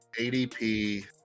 ADP